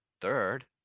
Third